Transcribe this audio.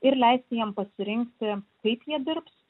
ir leisti jiem pasirinkti kaip jie dirbs